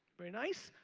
very nice.